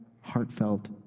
heartfelt